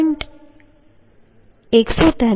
11 1